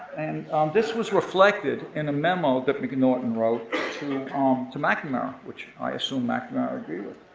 and this was reflected in a memo that mcnaughton wrote to and um to mcnamara, which i assume mcnamara agreed with.